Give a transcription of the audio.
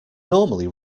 normally